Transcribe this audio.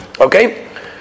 Okay